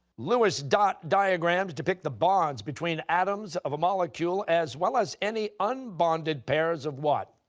lewis dot diagrams depict the bonds between atoms of a molecule as well as any unbonded pairs of what?